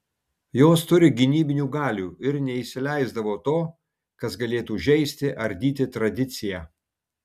jos turi gynybinių galių ir neįsileisdavo to kas galėtų žeisti ardyti tradiciją